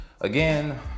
again